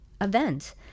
event